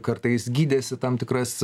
kartais gydėsi tam tikras